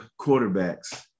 quarterbacks